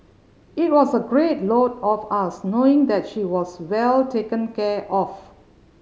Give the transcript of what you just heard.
it was a great load off us knowing that she was well taken care of